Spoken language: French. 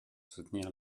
soutenir